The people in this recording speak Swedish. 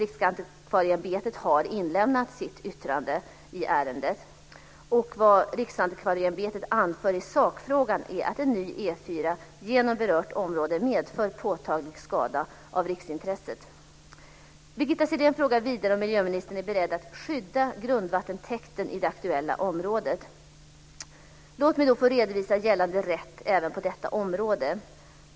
Riksantikvarieämbetet har lämnat in sitt yttrande i ärendet. Vad Riksantikvarieämbetet anför i sakfrågan är att en ny E 4 genom berört område medför påtaglig skada av riksintresset. Birgitta Sellén frågar vidare om miljöministern är beredd att skydda grundvattentäkten i det aktuella området. Låt mig få redovisa gällande rätt även på detta område.